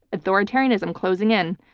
authoritarianism closing in.